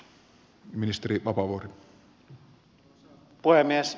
arvoisa puhemies